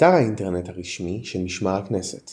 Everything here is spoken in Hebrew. אתר האינטרנט הרשמי של משמר הכנסת